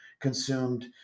consumed